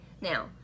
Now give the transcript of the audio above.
Now